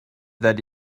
that